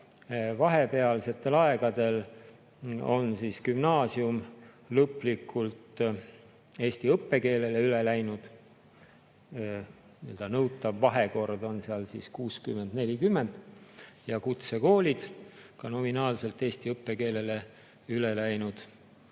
Vahepealsetel aegadel on gümnaasium lõplikult eesti õppekeelele üle läinud. Nõutav vahekord on seal 60 : 40. Ja kutsekoolid on ka nominaalselt eesti õppekeelele üle läinud.